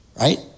right